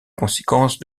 conséquence